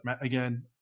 again